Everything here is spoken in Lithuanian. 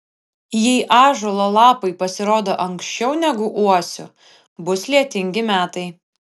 jei ąžuolo lapai pasirodo anksčiau negu uosių bus lietingi metai